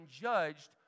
judged